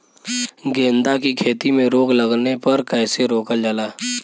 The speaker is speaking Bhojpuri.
गेंदा की खेती में रोग लगने पर कैसे रोकल जाला?